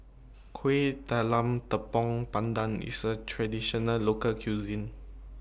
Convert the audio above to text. Kueh Talam Tepong Pandan IS A Traditional Local Cuisine